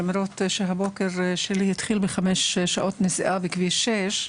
למרות הבוקר שלי התחיל בחמש שעות נסיעה בכביש 6,